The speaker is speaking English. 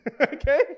Okay